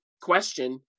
question